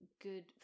good